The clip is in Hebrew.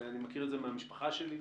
אני מכיר את זה מן המשפחה שלי,